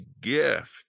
gift